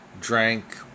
drank